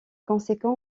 conséquent